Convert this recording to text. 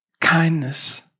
kindness